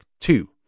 two